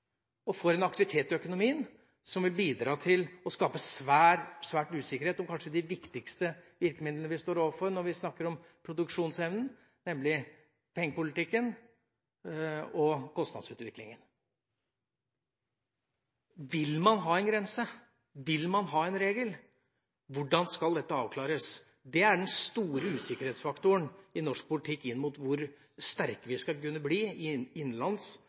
og får en aktivitet i økonomien som vil bidra til å skape svær, svær usikkerhet om kanskje de viktigste virkemidlene vi står overfor når vi snakker om produksjonsevnen, nemlig pengepolitikken og kostnadsutviklingen. Vil man ha en grense? Vil man ha en regel? Hvordan skal dette avklares? Det er den store usikkerhetsfaktoren i norsk politikk inn mot hvor sterke vi skal kunne bli i innenlands